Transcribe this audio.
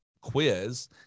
quiz